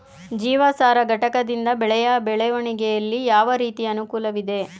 ಜೀವಸಾರ ಘಟಕದಿಂದ ಬೆಳೆಯ ಬೆಳವಣಿಗೆಯಲ್ಲಿ ಯಾವ ರೀತಿಯ ಅನುಕೂಲವಿದೆ?